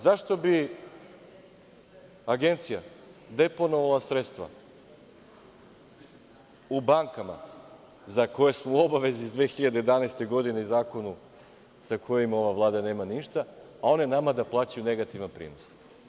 Zašto bi Agencija deponovala sredstva u bankama za koje smo u obavezi iz 2011. godine i po zakonu sa kojim ova Vlada nema ništa, a one nama da plaćaju negativan prinos?